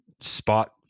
spot